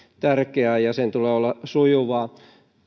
tärkeää ja sen tulee olla sujuvaa